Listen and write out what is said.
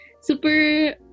super